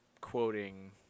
quoting